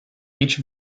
each